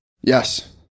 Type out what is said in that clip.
Yes